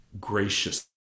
gracious